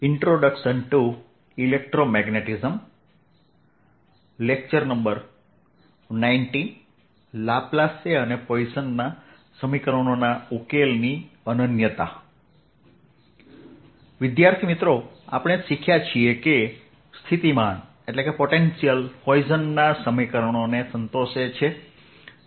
Laplace અને પોઇસનના સમીકરણોના ઉકેલની અનન્યતા આપણે શીખ્યા છીએ કે સ્થિતિમાન પોઇસનના સમીકરણને સંતોષે છે